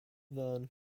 van